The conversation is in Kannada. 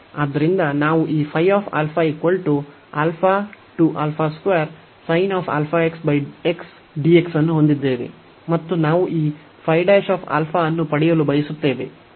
ಆದ್ದರಿಂದ ನಾವು ಈ ಅನ್ನು ಹೊಂದಿದ್ದೇವೆ ಮತ್ತು ನಾವು ಈ ಅನ್ನು ಪಡೆಯಲು ಬಯಸುತ್ತೇವೆ ಅಲ್ಲಿ α ≠ 0